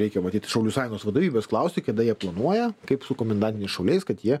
reikia matyt šaulių sąjungos vadovybės klausti kada jie planuoja kaip su komendantiniais šauliais kad jie